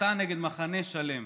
הסתה נגד מחנה שלם,